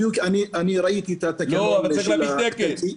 ראיתי את התקן האיטלקי.